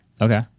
Okay